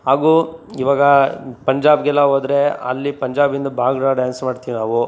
ಹಾಗೂ ಇವಾಗ ಪಂಜಾಬ್ಗೆಲ್ಲ ಹೋದ್ರೆ ಅಲ್ಲಿ ಪಂಜಾಬಿಂದ ಭಾಂಗ್ರ ಡ್ಯಾನ್ಸ್ ಮಾಡ್ತೀವಿ ನಾವು